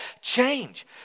change